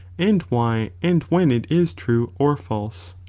and why and when it is true or false.